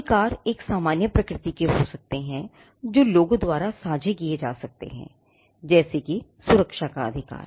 अधिकार एक सामान्य प्रकृति के हो सकते हैं जो लोगों द्वारा साझा किए जाते हैं जैसे कि सुरक्षा का अधिकार